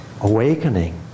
awakening